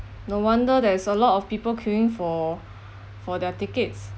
no wonder there is a lot of people queuing for for their tickets